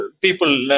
people